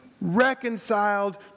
reconciled